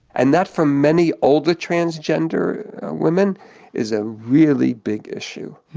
and that for many older transgender women is a really big issue,